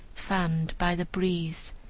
fanned by the breeze,